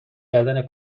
کردن